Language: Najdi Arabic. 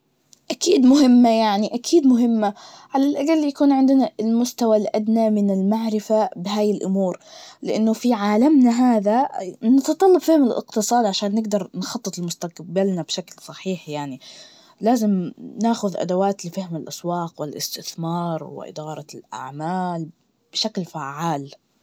أكيد مهمة يعني, أكيد مهمة, على الأقل يعني, بيكون عندنا المستوى الأدنى من المعرفة, بهاي الأمور, لأنه في عالمنا هذا ي- نتتطلب فهم الإقتصاد, علشان نقدر نخطط لمستقبلنا بشكل صحيح يعني, لازم ناخد أدوات لفهم الأسواق, والإستثمار, وإدارة الأعمال بشكل فعال.